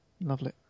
Lovely